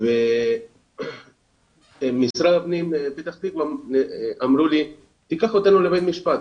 של משרד הפנים בפתח תקווה הם אמרו לי תיקח אותנו לבית משפט